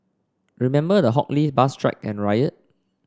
remember the Hock Lee bus strike and riot